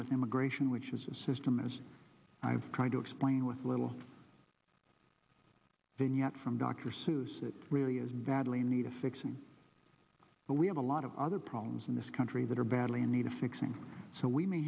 with immigration which is a system as i've tried to explain with little vignette from dr seuss it really is badly needed fixing but we have a lot of other problems in this country that are badly in need of fixing so we may